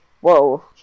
Whoa